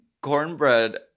cornbread